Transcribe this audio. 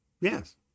Yes